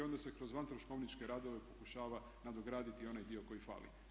Onda se kroz van troškovničke radove pokušava nadograditi onaj dio koji fali.